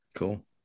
cool